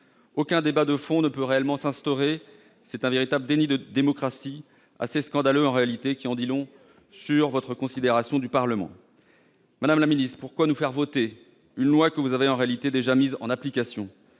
Aucun débat de fond ne peut réellement s'instaurer. C'est un déni de démocratie assez scandaleux, qui en dit long sur votre considération du Parlement. Pourquoi nous faire voter une loi que vous avez en réalité déjà mise en application ?